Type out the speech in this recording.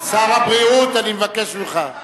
שר הבריאות, אני מבקש ממך.